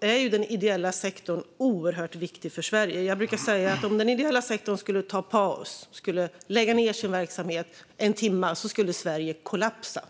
är den ideella sektorn oerhört viktig för Sverige. Jag brukar säga att om den ideella sektorn skulle ta paus och lägga ned sin verksamhet i en timme skulle Sverige kollapsa.